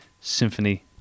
Symphony